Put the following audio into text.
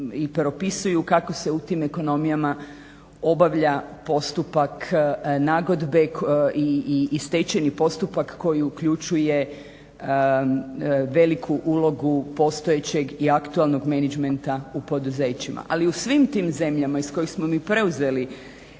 i propisuju kako se u tim ekonomijama obavlja postupak nagodbe i stečajni postupak koji uključuje veliku ulogu postojećeg i aktualnog menadžmenta u poduzećima. Ali u svim tim zemljama iz kojih smo mi preuzeli